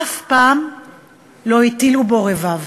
אף פעם לא הטילו בו רבב.